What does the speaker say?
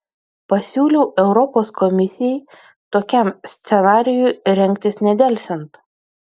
pasiūliau europos komisijai tokiam scenarijui rengtis nedelsiant